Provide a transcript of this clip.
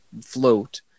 float